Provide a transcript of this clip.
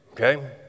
Okay